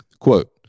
quote